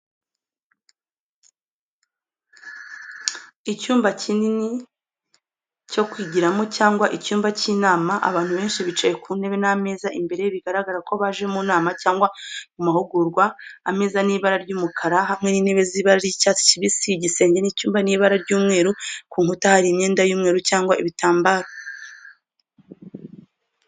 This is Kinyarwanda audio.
Icyumba kinini cyo kwigiramo cyangwa icyumba cy'inama. Abantu benshi bicaye ku ntebe n'ameza imbere. Bigaragara ko baje mu nama cyangwa mu mahugurwa. Ameza ni ibara ry'umukara, hamwe n'intebe z'ibara ry'icyatsi kibisi. Igisenge cy'icyumba ni ibara ry'umweru, ku nkuta hari imyenda y'umweru cyangwa ibitambaro.